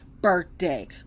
birthday